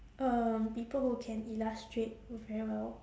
um people who can illustrate very well